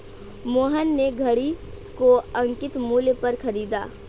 मोहन ने घड़ी को अंकित मूल्य पर खरीदा